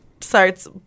starts